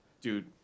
Dude